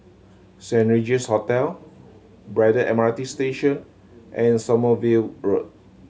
Saint Regis Hotel Braddell M R T Station and Sommerville Road